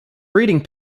breeding